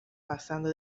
pasando